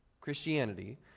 Christianity